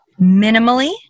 minimally